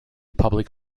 public